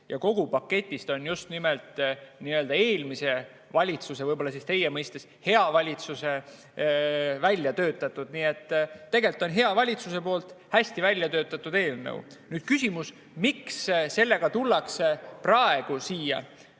ja kogupaketist on just nimelt nii‑öelda eelmise valitsuse, võib‑olla teie mõistes hea valitsuse välja töötatud, nii et tegelikult on see hea valitsuse poolt hästi välja töötatud eelnõu. Nüüd küsimus, miks sellega tullakse praegu siia.